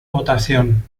votación